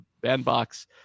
bandbox